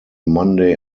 monday